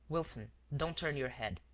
wilson, don't turn your head.